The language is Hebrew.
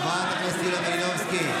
חברת הכנסת יוליה מלינובסקי,